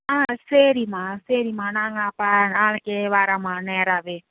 ஆ சரிம்மா சரிம்மா நாங்கள் அப்போ நாளைக்கு வரேம்மா நேராகவே